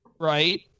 right